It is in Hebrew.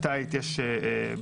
התאית יש בארץ,